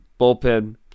bullpen